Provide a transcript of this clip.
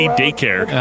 daycare